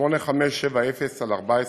8570/14